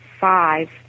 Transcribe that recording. five